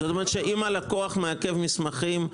זאת אומרת שאם הלקוח מעכב מסמכים,